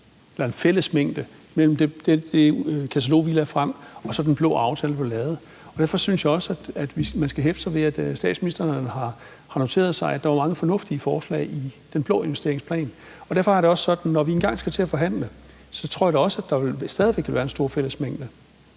eller en fællesmængde mellem det katalog, vi lagde frem, og så den blå aftale, der blev lavet. Derfor synes jeg også, at man skal hæfte sig ved, at statsministeren har noteret sig, at der var mange fornuftige forslag i den blå investeringsplan. Derfor har jeg det også sådan, at når vi engang skal til at forhandle, tror jeg da, at der stadig væk vil være en stor fællesmængde.